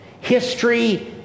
History